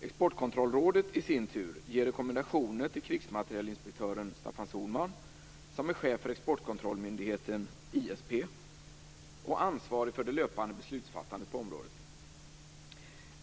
Exportkontrollrådet i sin tur ger rekommendationer till krigsmaterielinspektören Staffan Sohlman som är chef för exportkontrollmyndigheten ISP och ansvarig för det löpande beslutsfattandet på området.